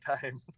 time